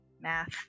math